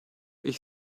ich